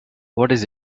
does